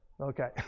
Okay